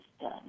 done